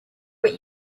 what